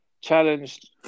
challenged